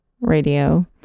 radio